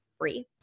free